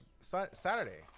Saturday